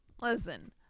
Listen